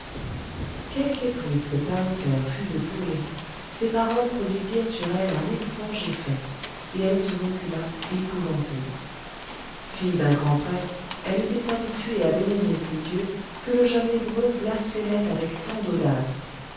que tahoser fût de poëri ces paroles produisirent sur elle un étrange effet et elle se recula épouvantée fille d'un grand prêtre elle était habituée à vénérer ces dieux que le jeune hébreu blasphémait avec tant d'audace